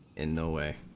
and no way